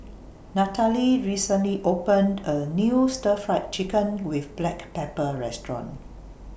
Natalie recently opened A New Stir Fried Chicken with Black Pepper Restaurant